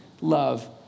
love